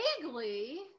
vaguely